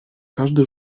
każdy